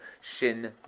Shin